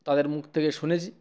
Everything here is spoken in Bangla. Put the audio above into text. তাদের মুখ থেকে শুনেছি